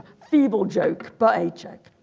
feeble joke but a check